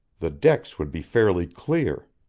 the decks would be fairly clear.